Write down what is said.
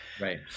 Right